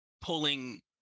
pulling